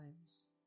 times